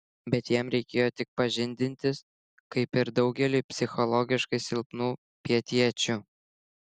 bet jam reikėjo tik pažindintis kaip ir daugeliui psichologiškai silpnų pietiečių